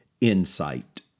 insight